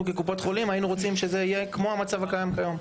אנחנו כקופות חולים היינו רוצים שזה יהיה כמו המצב הקיים כיום.